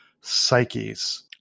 psyches